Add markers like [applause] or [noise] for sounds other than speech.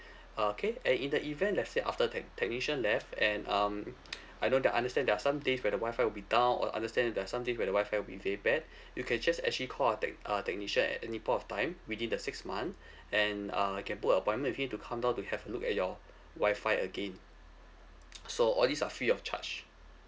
okay and in the event let's say after tech~ technician left and um [noise] I know that understand there are some days where the wi-fi will be down or understand there are some days where the wi-fi will be very bad you can just actually call our tech~ uh technician at any point of time within the six month and uh I can book a appointment with him to come down to have a look at your wi-fi again [noise] so all these are free of charge